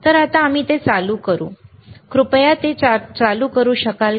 तर आता आम्ही ते चालू करू शकतो कृपया ते चालू करू शकाल का